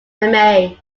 anime